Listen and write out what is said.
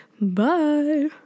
bye